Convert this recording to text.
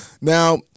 Now